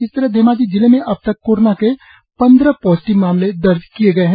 इस तरह धेमाजी जिले में अब तक कोरोना के पंद्रह पॉजिटिव मामले दर्ज किये गये है